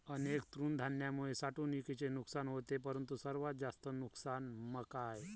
अनेक तृणधान्यांमुळे साठवणुकीचे नुकसान होते परंतु सर्वात जास्त नुकसान मका आहे